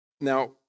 Now